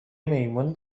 میمون